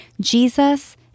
Jesus